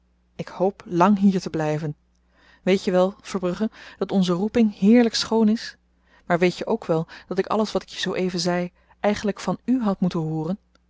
ik hoop lang hier te blyven weet je wel verbrugge dat onze roeping heerlyk schoon is maar weet je ook wel dat ik alles wat ik je zoo-even zei eigenlyk van u had moeten hooren